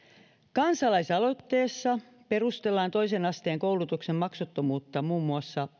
kansalaisaloitteessa perustellaan toisen asteen koulutuksen maksuttomuutta muun muassa